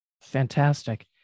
Fantastic